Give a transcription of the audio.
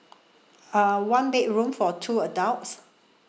uh one bedroom for two adults